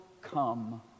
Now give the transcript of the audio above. come